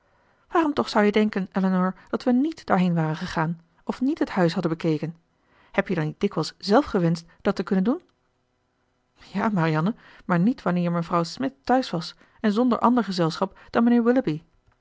waarom toch zou je denken elinor dat we niet daarheen waren gegaan of niet het huis hadden bekeken heb je dan niet dikwijls zelf gewenscht dat te kunnen doen ja marianne maar niet wanneer mevrouw smith thuis was en zonder ander gezelschap dan mijnheer